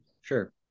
sure